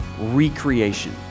recreation